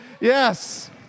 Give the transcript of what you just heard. Yes